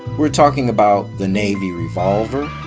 we're talking about the navy revolver.